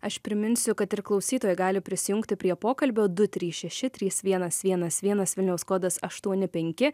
aš priminsiu kad ir klausytojai gali prisijungti prie pokalbio du trys šeši trys vienas vienas vienas vilniaus kodas aštuoni penki